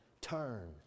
Turn